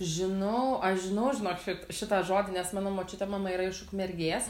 žinau aš žinau žinok šitą šitą žodį nes mano močiutė mama yra iš ukmergės